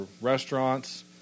restaurants